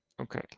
Okay